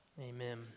Amen